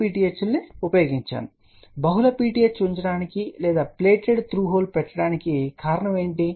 కాబట్టి బహుళ PTH ఉంచడానికి లేదా ప్లేటెడ్ త్రూ హోల్ పెట్టడానికి కారణం ఏమిటి